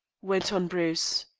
went on bruce.